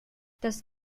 das